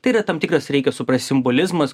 tai yra tam tikras reikia suprast simbolizmas